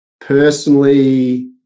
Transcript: personally